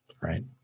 right